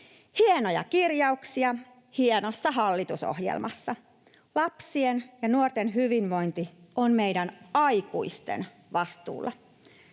Hienoja kirjauksia hienossa hallitusohjelmassa. Lapsien ja nuorten hyvinvointi on meidän aikuisten vastuulla.